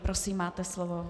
Prosím, máte slovo.